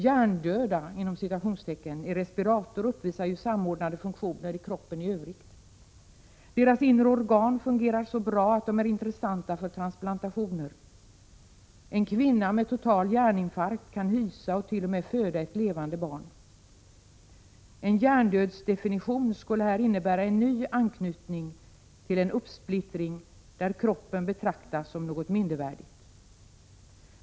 ”Hjärndöda” i respirator uppvisar ju ”samordnade” funktioner i kroppen i övrigt. Deras inre organ fungerar så bra att de är intressanta för transplantationer. En kvinna med total hjärninfarkt kan hysa och t.o.m. föda ett levande barn. En hjärndödsdefinition skulle här innebära en ny anknytning till en uppsplittring där kroppen betraktas som något mindervärdigt.